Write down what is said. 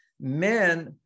Men